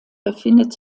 befindet